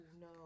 no